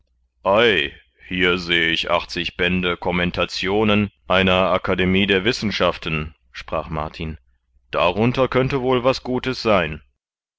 hier seh ich achtzig bände commentationen einer akademie der wissenschaften sprach martin darunter könnte wohl was gutes sein